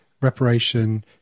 reparation